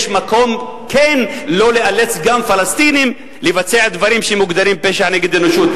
יש מקום לא לאלץ גם פלסטינים לבצע דברים שמוגדרים פשע נגד האנושות.